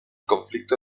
conflicto